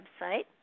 website